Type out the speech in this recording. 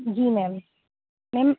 جی میم میم